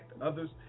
others